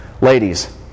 Ladies